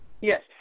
Yes